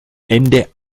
ende